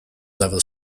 level